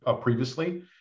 previously